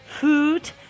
Food